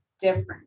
different